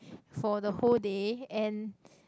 for the whole day and